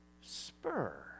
Spur